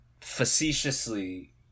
facetiously